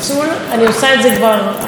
אני עושה את זה כבר הרבה שנים,